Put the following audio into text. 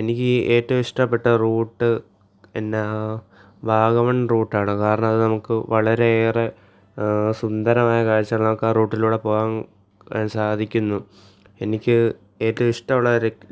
എനിക്ക് ഏറ്റവും ഇഷ്ടപ്പെട്ട റൂട്ട് എന്നാൽ വാഗമണ് റൂട്ടാണ് കാരണം അത് നമുക്ക് വളരെയേറെ സുന്ദരമായ കാഴ്ചകളാണ് നമുക്ക് ആ റൂട്ടിലൂടെ പോകാന് സാധിക്കുന്നു എനിക്ക് ഏറ്റവും ഇഷ്ടമുള്ള